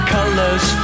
Colors